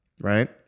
Right